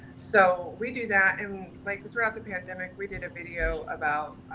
so we do that and like throughout the pandemic, we did a video about,